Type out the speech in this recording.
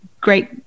great